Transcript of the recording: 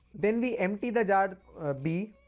then, we empty the jar b.